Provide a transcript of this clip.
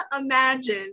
imagine